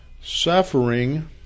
suffering